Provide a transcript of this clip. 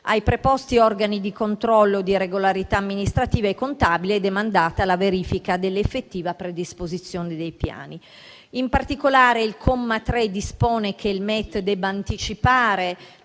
Ai preposti organi di controllo di regolarità amministrativa e contabile è demandata la verifica dell'effettiva predisposizione dei piani. In particolare, il comma 3 dispone che il Ministero